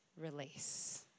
release